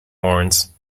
horns